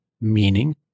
meaning